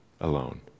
alone